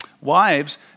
Wives